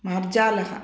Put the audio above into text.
मार्जालः